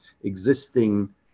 existing